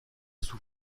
sous